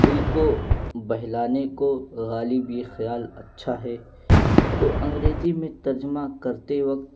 دل کو بہلانے کو غالب یہ خیال اچھا ہے کو انگریزی میں ترجمہ کرتے وقت